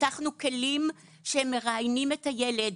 פיתחנו כלים שהם מראיינים את הילד.